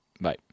Bye